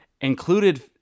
included